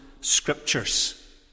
Scriptures